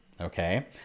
Okay